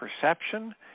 perception